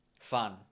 Fun